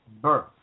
Birth